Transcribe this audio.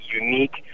unique